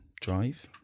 Drive